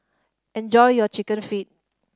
enjoy your Chicken Feet